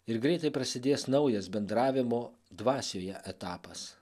ir greitai prasidės naujas bendravimo dvasioje etapas